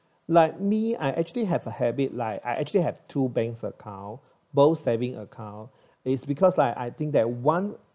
like me I actually have a habit like I actually have two banks account both saving account is because like I think that one